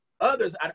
Others